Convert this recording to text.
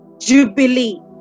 Jubilee